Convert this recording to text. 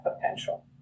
potential